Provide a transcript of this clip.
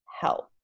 help